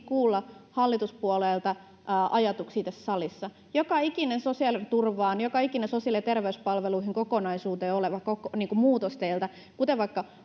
kuulla hallituspuolueilta ajatuksia tässä salissa. Joka ikisessä sosiaaliturvaan ja joka ikisessä sosiaali- ja terveyspalveluiden kokonaisuuteen teiltä tulevassa muutoksessa, kuten vaikka